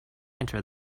enter